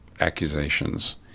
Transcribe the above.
accusations